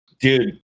dude